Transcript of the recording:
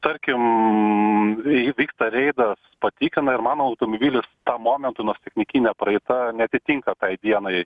tarkim įvyksta reidas patikrina ir mano automobilis tą momentu nors technikinė praeita neatitinka tai dienai